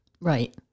Right